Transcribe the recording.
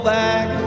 back